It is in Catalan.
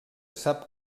sap